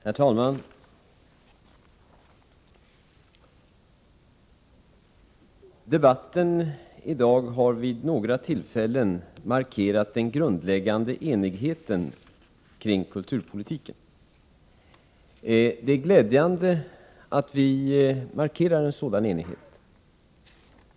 Herr talman! I debatten i dag har vid några tillfällen markerats den grundläggande enigheten kring kulturpolitiken. Det är glädjande att vi markerar en sådan enighet.